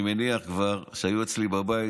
אני מניח שכבר היו אצלי בבית,